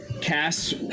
cast